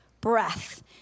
breath